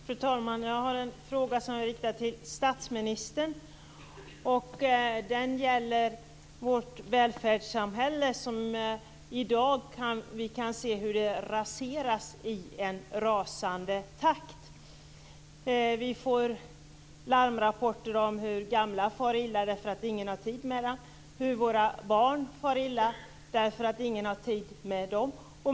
Fru talman! Jag har en fråga som jag riktar till statsministern. Den gäller vårt välfärdssamhälle. Vi kan i dag se hur det raseras i en rasande takt. Vi får larmrapporter om hur gamla far illa därför att ingen har tid med dem och hur våra barn far illa därför att ingen har tid med dem.